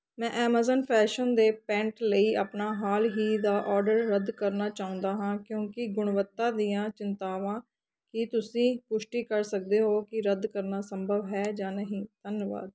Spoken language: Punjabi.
ਮੈਂ ਐਮਾਜ਼ਾਨ ਫੈਸ਼ਨ 'ਤੇ ਪੈਂਟ ਲਈ ਆਪਣਾ ਹਾਲ ਹੀ ਦਾ ਆਰਡਰ ਰੱਦ ਕਰਨਾ ਚਾਹੁੰਦਾ ਹਾਂ ਕਿਉਂਕਿ ਗੁਣਵੱਤਾ ਦੀਆਂ ਚਿੰਤਾਵਾਂ ਕੀ ਤੁਸੀਂ ਪੁਸ਼ਟੀ ਕਰ ਸਕਦੇ ਹੋ ਕਿ ਰੱਦ ਕਰਨਾ ਸੰਭਵ ਹੈ ਜਾਂ ਨਹੀਂ ਧੰਨਵਾਦ